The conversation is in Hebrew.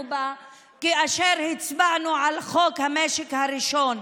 בה כאשר הצבענו על חוק המשק הראשון.